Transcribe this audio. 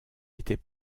était